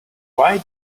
why